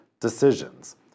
decisions